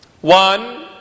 One